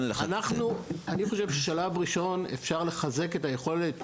אני חושב שבשלב הראשון אפשר לחזק את היכולת